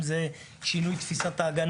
אם זה שינוי תפיסת ההגנה,